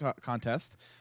contest